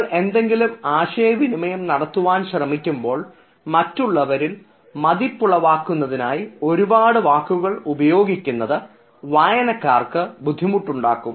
നിങ്ങൾ എന്തെങ്കിലും ആശയവിനിമയം നടത്തുവാൻ ശ്രമിക്കുമ്പോൾ മറ്റുള്ളവരിൽ മതിപ്പുളവാക്കുന്നതിനായി ഒരുപാട് വാക്കുകൾ ഉപയോഗിക്കുന്നത് വായനക്കാർക്ക് ബുദ്ധിമുട്ടുണ്ടാകും